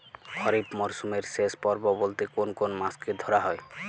খরিপ মরসুমের শেষ পর্ব বলতে কোন কোন মাস কে ধরা হয়?